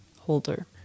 holder